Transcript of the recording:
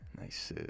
Nice